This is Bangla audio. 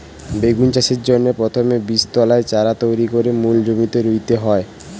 বেগুন চাষের জন্যে প্রথমে বীজতলায় চারা তৈরি কোরে মূল জমিতে রুইতে হয়